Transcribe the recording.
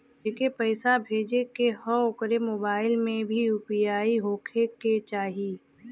जेके पैसा भेजे के ह ओकरे मोबाइल मे भी यू.पी.आई होखे के चाही?